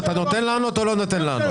אתה נותן לענות או לא נותן לענות?